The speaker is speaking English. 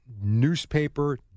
newspaper